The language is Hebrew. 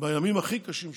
בימים הכי קשים שלנו.